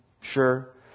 sure